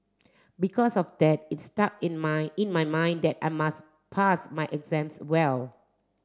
because of that it stuck in my in my mind that I must pass my exams well